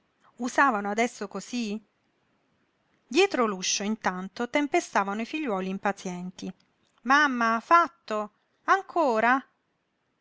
usavano adesso cosí dietro l'uscio intanto tempestavano i figliuoli impazienti mamma fatto ancora